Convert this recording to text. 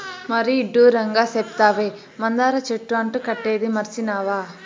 మరీ ఇడ్డూరంగా సెప్తావే, మందార చెట్టు అంటు కట్టేదీ మర్సినావా